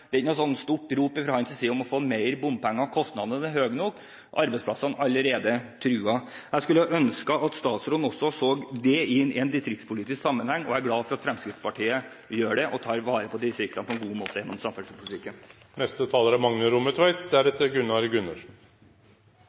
er ikke noe stort rop fra hans side om å få mer bompenger. Kostnadene er høye nok, arbeidsplassene er allerede truet. Jeg skulle ønske at statsråden så det inn i en distriktspolitisk sammenheng. Jeg er glad for at Fremskrittspartiet gjør det, og tar vare på distriktene på en god måte gjennom